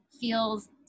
feels